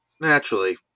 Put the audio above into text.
Naturally